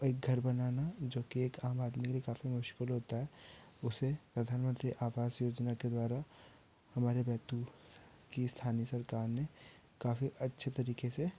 एक घर बनाना जो कि एक आम आदमी के लिए काफ़ी मुश्किल होता है उसे प्रधानमंत्री आवास योजना के द्वारा हमारे बैतूल की स्थानीय सरकार ने काफ़ी अच्छे तरीके से